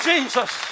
Jesus